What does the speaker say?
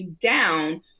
down